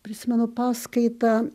prisimenu paskaitą